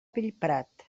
bellprat